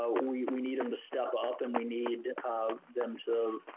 ah we we need them to step up and we need um them to,